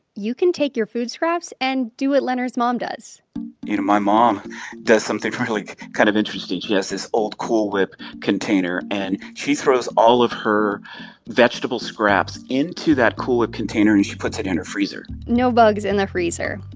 you can take your food scraps and do what leonard's mom does you know, my mom does something really kind of interesting. she has this old cool whip container. and she throws all of her vegetable scraps into that cool whip container, and she puts it in her freezer no bugs in the freezer.